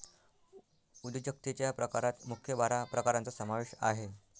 उद्योजकतेच्या प्रकारात मुख्य बारा प्रकारांचा समावेश आहे